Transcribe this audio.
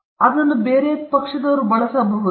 ಅವರನ್ನು ಬೇರೆ ಪಕ್ಷದವರು ಬಳಸಬಹುದೇ